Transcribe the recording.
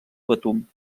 betum